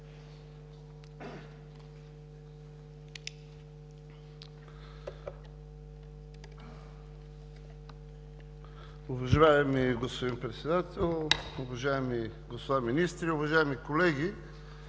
Уважаеми господин Председател, уважаеми господа министри, уважаеми колеги!